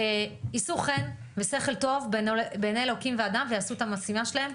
יישאו חן ושכל טוב בעיני אלוקים ואדם ויעשו את המשימה שלהם,